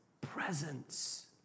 presence